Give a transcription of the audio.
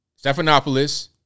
Stephanopoulos